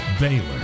Baylor